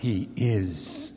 he is